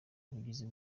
ubugizi